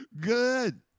Good